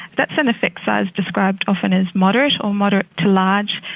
that's an effect size described often as moderate or moderate to large.